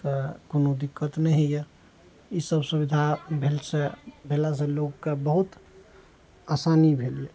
तऽ कोनो दिक्कत नहि हइए इसब सुविधा भेलसँ भेलासँ लोगके बहुत आसानी भेलइए